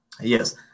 yes